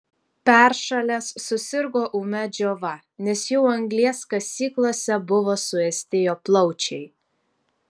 peršalęs susirgo ūmia džiova nes jau anglies kasyklose buvo suėsti jo plaučiai